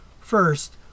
First